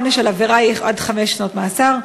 העונש על העבירה יהיה עד חמש שנות מאסר.